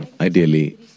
ideally